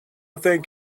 think